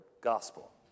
gospel